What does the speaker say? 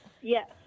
Yes